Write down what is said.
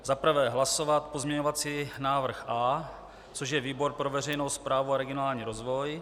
Za prvé hlasovat pozměňovací návrh A, což je výbor pro veřejnou správu a regionální rozvoj.